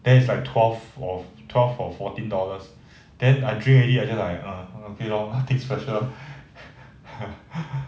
then it's like twelve or twelve or fourteen dollars then I drink already then I err okay lor nothing special